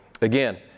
Again